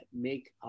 make